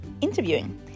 interviewing